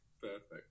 perfect